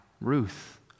Ruth